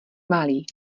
malý